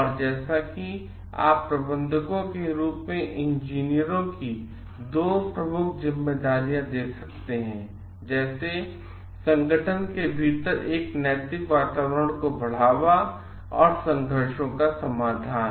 और जैसा कि आप प्रबंधकों के रूप में इंजीनियरों की 2 प्रमुख जिम्मेदारियों देख सकते हैं जैसे संगठन के भीतर एक नैतिक वातावरण को बढ़ावा और संघर्षों का समाधान